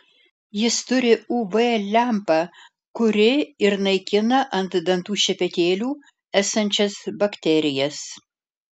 jis turi uv lempą kuri ir naikina ant dantų šepetėlių esančias bakterijas